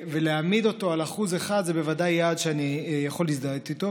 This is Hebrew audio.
להעמיד אותו על 1% זה בוודאי יעד שאני יכול להזדהות איתו,